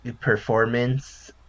performance